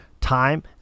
time